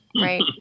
right